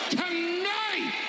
tonight